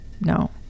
no